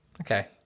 Okay